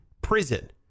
prison